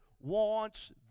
wants